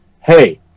hey